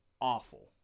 awful